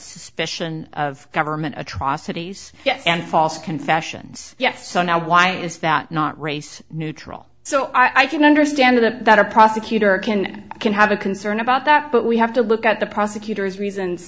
suspicion of government atrocities and false confessions yes so now why is that not race neutral so i can understand that a prosecutor can can have a concern about that but we have to look at the prosecutor's